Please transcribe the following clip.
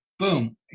Boom